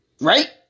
Right